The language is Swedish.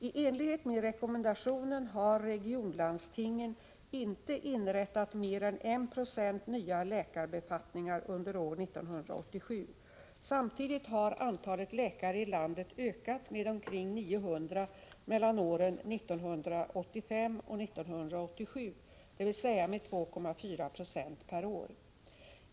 I enlighet med rekommendationen har regionlandstingen inte inrättat mer än 190 nya läkarbefattningar under år 1987. Samtidigt har antalet läkare i landet ökat med omkring 900 mellan åren 1985 och 1987, dvs. med 2,4 96 per år.